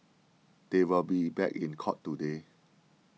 they will be back in court today